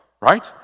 right